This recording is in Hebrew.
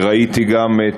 ראיתי גם,